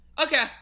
Okay